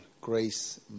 grace